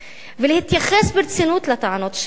ולהתייחס ברצינות לטענות שלנו,